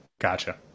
Gotcha